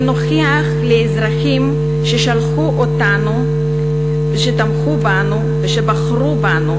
ונוכיח לאזרחים ששלחו אותנו ושתמכו בנו ושבחרו בנו,